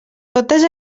totes